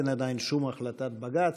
אין עדיין שום החלטת בג"ץ.